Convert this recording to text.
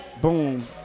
boom